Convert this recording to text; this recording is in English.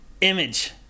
image